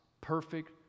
perfect